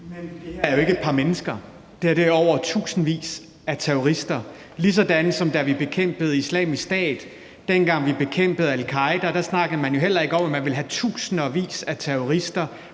Men det her er jo ikke et par mennesker. Det her er over tusindvis af terrorister, ligesom da vi bekæmpede Islamisk Stat, og dengang vi bekæmpede al-Qaeda. Der snakkede man jo heller ikke om, at man ville have tusindvis af terrorister